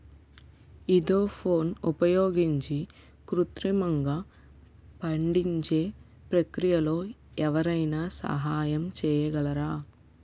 ఈథెఫోన్ని ఉపయోగించి కృత్రిమంగా పండించే ప్రక్రియలో ఎవరైనా సహాయం చేయగలరా?